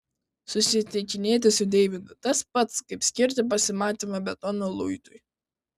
susitikinėti su deividu tas pats kaip skirti pasimatymą betono luitui